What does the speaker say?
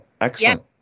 Excellent